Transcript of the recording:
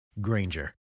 Granger